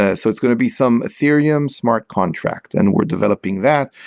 ah so it's going to be some ethereum smart contract, and we're developing that,